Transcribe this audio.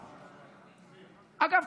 אגב,